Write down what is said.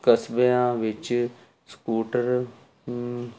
ਕਸਬਿਆਂ ਵਿੱਚ ਸਕੂਟਰ ਹੁੰ